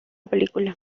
película